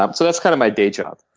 um so that's kind of my day job.